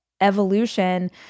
evolution